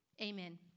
amen